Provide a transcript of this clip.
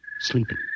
Sleeping